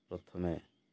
ପ୍ରଥମେ